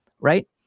Right